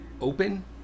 open